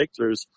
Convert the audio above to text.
breakthroughs